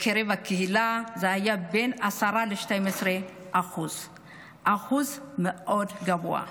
בקרב הקהילה, והיה בין 10% ל-12% אחוז מאוד גבוה.